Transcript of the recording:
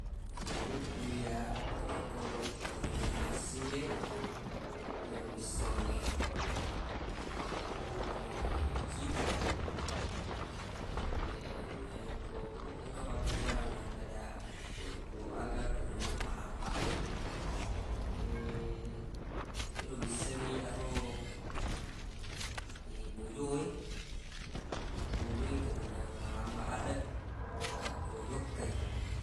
Menurukku iyyaq olokoloq kaminang malessi e yero wissengnge cita narekko engka pakkucara makkada olokoloq aga kaminang malambaq e ero wissengnge iyyaq ro bojo e bojo e kaminang malambaq laddeq akko jokka i